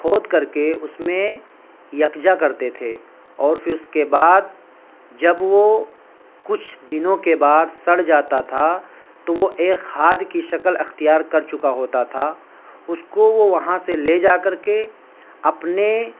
کھود کر کے اس میں یکجا کرتے تھے اور پھر اس کے بعد جب وہ کچھ دنوں کے بعد سڑ جاتا تھا تو وہ ایک کھاد کی شکل اختیار کر چکا ہوتا تھا اس کو وہ وہاں سے لے جا کر کے اپنے